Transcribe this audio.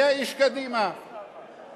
היה איש קדימה, אתה תמכת.